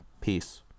Peace